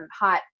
hot